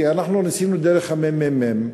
כי ניסינו דרך הממ"מ,